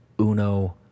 Uno